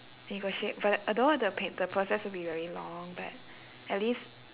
negotiate but I don't know the pa~ the process would be very long but at least